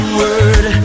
word